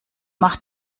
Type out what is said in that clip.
mach